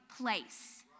place